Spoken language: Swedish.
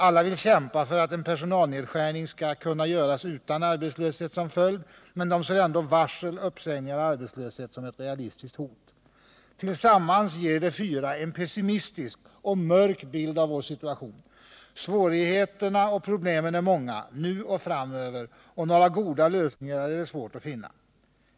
Alla vill kämpa för att en personalnedskärning skall kunna göras utan arbetslöshet som följd, men de ser ändå varsel, uppsägningar och arbetslöshet som ett realistiskt hot. Tillsammans ger de fyra en pessimistisk och mörk bild av vår situation. Svårigheterna och problemen är många, nu och framöver, och några goda lösningar är det svårt att finna.